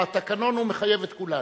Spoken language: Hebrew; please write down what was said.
והתקנון, הוא מחייב את כולנו.